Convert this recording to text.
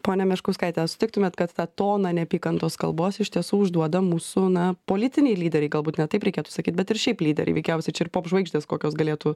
ponia meškauskaite sutiktumėt kad tą toną neapykantos kalbos iš tiesų užduoda mūsų na politiniai lyderiai galbūt net taip reikėtų sakyt bet ir šiaip lyderiai veikiausiai čia ir popžvaigždės kokios galėtų